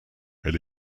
elle